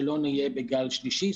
שלא נהיה בגל שלישי,